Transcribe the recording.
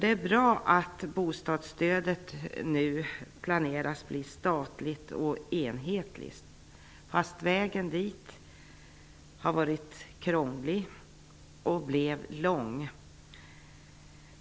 Det är bra att bostadsstödet nu planeras bli statligt och enhetligt, fast vägen dit har varit krånglig och lång.